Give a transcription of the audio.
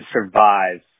survive